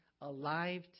alive